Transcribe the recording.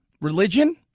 Religion